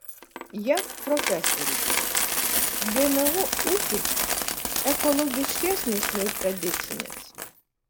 jav profesorius gmo ūkis ekologiškesnis nei tradicinis